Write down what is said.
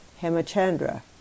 Hemachandra